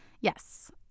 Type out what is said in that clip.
Yes